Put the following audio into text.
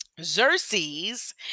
Xerxes